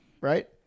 right